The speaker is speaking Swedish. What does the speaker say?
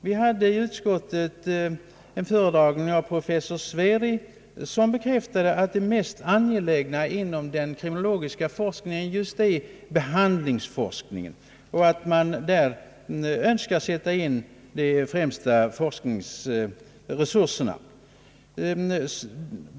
Vi hade i utskottet en föredragning av professor Sveri, som bekräftade att det mest angelägna inom den kriminologiska forskningen just är behandlingsforskningen och att man Önskar i främsta rummet sätta in forsknigsresurserna där.